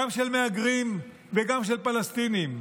גם של מהגרים וגם של פלסטינים,